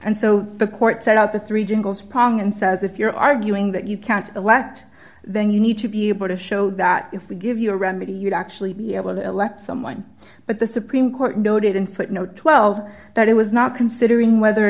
and so the court set out the three jingles pong and says if you're arguing that you can't last then you need to be able to show that if we give you a remedy you'd actually be able to elect someone but the supreme court noted in footnote twelve that it was not considering whether or